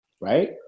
right